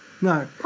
No